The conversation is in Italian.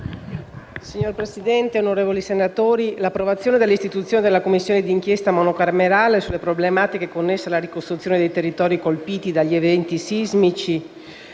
Signor Presidente, onorevoli senatori, l'approvazione dell'istituzione della Commissione d'inchiesta monocamerale sulle problematiche connesse alla ricostruzione dei territori colpiti dagli eventi sismici